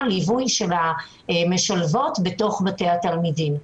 ליווי של המשלבות בתוך בתי התלמידים.